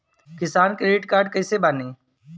किसान credit card कइसे बानी?